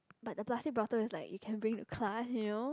but the plastic bottle is like you can bring to class you know